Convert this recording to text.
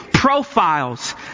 profiles